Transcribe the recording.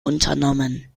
unternommen